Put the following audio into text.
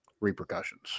repercussions